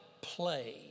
play